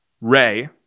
Ray